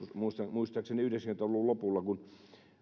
muistaakseni yhdeksänkymmentä luvun lopulla kun